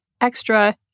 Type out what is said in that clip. extra